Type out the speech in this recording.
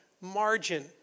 margin